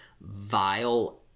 vile